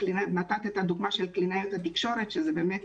קלינאי תקשורת נתת את הדוגמה הזאת וזה באמת